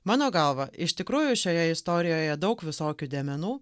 mano galva iš tikrųjų šioje istorijoje daug visokių dėmenų